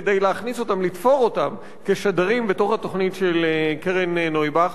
כדי לתפור אותם כשדרים בתוך התוכנית של קרן נויבך.